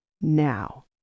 now